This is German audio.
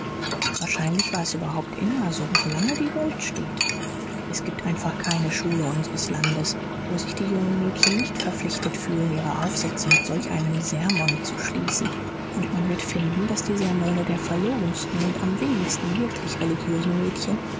wahrscheinlich war es überhaupt immer so solange die welt steht es gibt einfach keine schule unseres landes wo sich die jungen mädchen nicht verpflichtet fühlen ihre aufsätze mit solch einem sermon zu schließen und man wird finden daß die sermone der verlogensten und am wenigsten wirklich religiösen mädchen